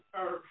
Earth